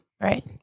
Right